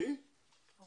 אני לא